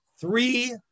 three